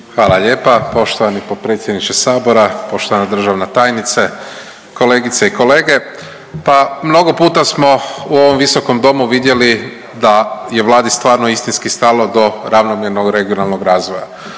Hvala lijepa. Poštovani potpredsjedniče Sabora, poštovana državna tajnice, kolegice i kolege. Pa mnogo puta smo u ovom visokom domu vidjeli da je Vladi stvarno istinski stalo do ravnomjernog regionalnog razvoja,